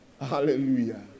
Hallelujah